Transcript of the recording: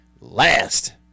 Last